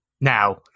Now